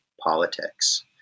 politics